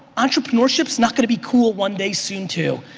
entrepreneurship's not gonna be cool one day soon too.